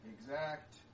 exact